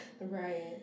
Right